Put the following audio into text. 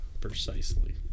Precisely